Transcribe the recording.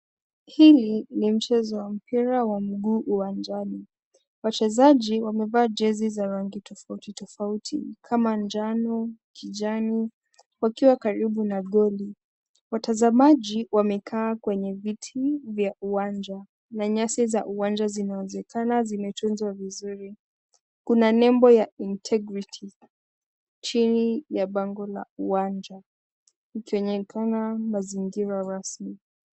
Hili ni mchezo wa mpira wa mguu uwajani. Wachezaji wamevaa jezi za rangi tofauti tofauti kama jano, kijani wakiwa karibu na goli. Watazamaji wamekaa kwenye viti vya uwanja ,na nyasi vya uwanja zinaonekana zimechungwa vizuri. Kuna nembo ya intergrity chini la bango la uwanja ikionekana mazingira rasmi.